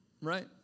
right